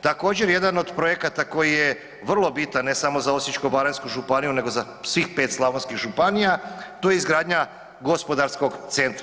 Također jedan od projekata koji je vrlo bitan ne samo za Osječko-baranjsku županiju nego za svih 5 slavonskih županija to je izgradnja gospodarskog centra.